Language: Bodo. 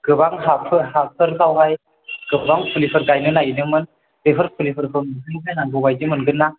गोबां हाफोर हाफोरावहाय गोबां फुलिफोर गाइनो नागिरदोंमोन बेफोर फुलिफोरखौ नोंसोरनिफ्राय नांगौ बायदि मोनगोनना